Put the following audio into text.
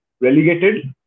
relegated